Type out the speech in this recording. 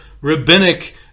rabbinic